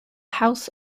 house